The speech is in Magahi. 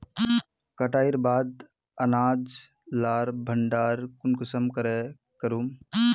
कटाईर बाद अनाज लार भण्डार कुंसम करे करूम?